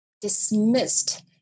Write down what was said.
dismissed